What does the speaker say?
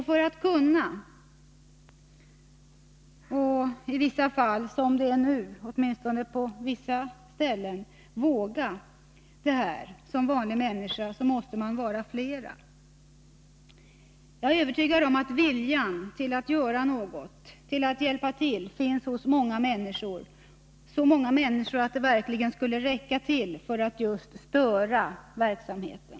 För att som vanlig människa kunna — och, som det är nu åtminstone på vissa ställen, våga — göra det, måste man vara flera. Jag är övertygad om att viljan att göra något, att hjälpa till, finns hos så många människor att det verkligen skulle räcka till för att just störa verksamheten.